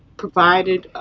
provided